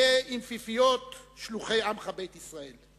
היה עם פיפיות שלוחי עמך בית ישראל.